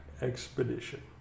expedition